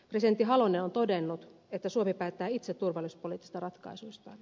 presidentti halonen on todennut että suomi päättää itse turvallisuuspoliittisista ratkaisuistaan